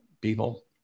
people